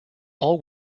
all